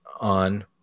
on